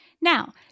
Now